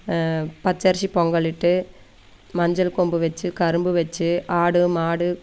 பச்சரிசி பொங்கலிட்டு மஞ்சள் கொம்பு வச்சு கரும்பு வச்சு ஆடு மாடு